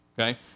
okay